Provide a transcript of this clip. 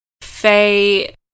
Faye